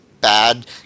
bad